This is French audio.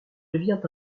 devient